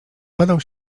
padał